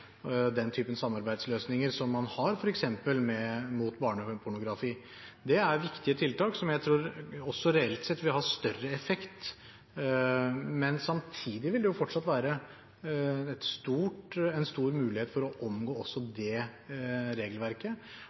den typen samarbeidsløsninger som man har f.eks. mot barnepornografi. Det er viktige tiltak som jeg tror også reelt sett vil ha større effekt. Samtidig vil det fortsatt være en stor mulighet for å omgå også det regelverket